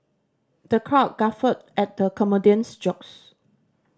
the crowd guffawed at the comedian's jokes